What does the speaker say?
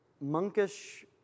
monkish